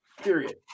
period